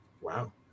Wow